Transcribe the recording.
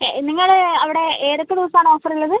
നിങ്ങള അവിടെ ഏതൊക്കെ ദിവസം ആണ് ഓഫർ ഉള്ളത്